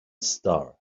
star